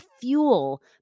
fuel